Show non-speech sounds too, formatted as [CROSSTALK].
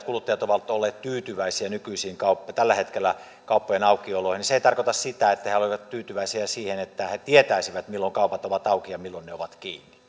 [UNINTELLIGIBLE] kuluttajat ovat olleet tyytyväisiä tällä hetkellä kauppojen aukioloihin niin se ei tarkoita sitä että he ovat tyytyväisiä siihen että he tietäisivät milloin kaupat ovat auki ja milloin ne ovat kiinni